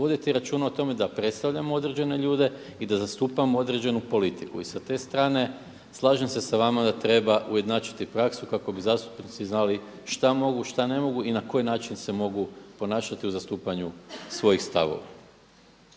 voditi računa o tome da predstavljamo određene ljude i da zastupamo određenu politiku. I sa te strane slažem se sa vama da treba ujednačiti praksu kako bi zastupnici znali šta mogu, šta ne mogu i na koji način se mogu ponašati u zastupanju svojih stavova.